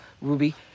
Ruby